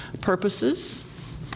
purposes